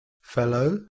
Fellow